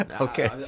okay